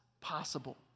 possible